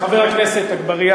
חבר הכנסת אגבאריה,